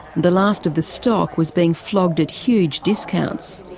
the last of the stock was being flogged at huge discounts.